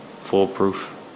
foolproof